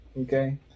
okay